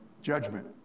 judgment